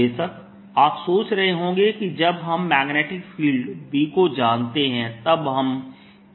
बेशक आप सोच रहे होंगे कि जब हम मैग्नेटिक फील्ड B को जानते हैं तब हम A की गणना क्यों कर रहे हैं